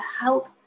help